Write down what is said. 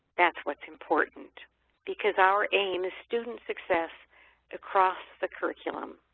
that's what important because our aim is student success across the curriculum.